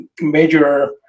major